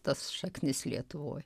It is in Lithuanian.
tas šaknis lietuvoj